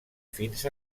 fins